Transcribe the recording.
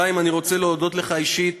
חיים, אני רוצה להודות לך אישית